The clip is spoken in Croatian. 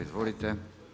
Izvolite.